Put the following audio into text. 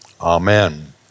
Amen